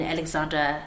Alexander